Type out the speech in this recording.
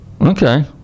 Okay